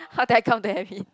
how do I come to admit